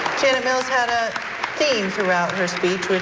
janet mills had a theme throughout her speech,